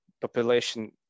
population